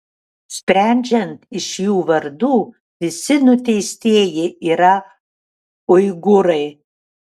sprendžiant iš jų vardų visi nuteistieji yra uigūrai